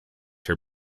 her